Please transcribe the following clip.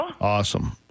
Awesome